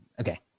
Okay